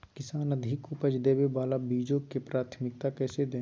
किसान अधिक उपज देवे वाले बीजों के प्राथमिकता कैसे दे?